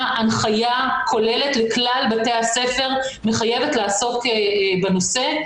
הנחייה כוללת לכלל בתי הספר מחייבת לעסוק בנושא.